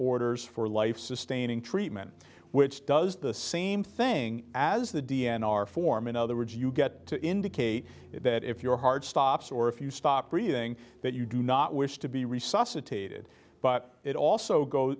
orders for life sustaining treatment which does the same thing as the d n r form in other words you get to indicate that if your heart stops or if you stop breathing that you do not wish to be resuscitated but it also go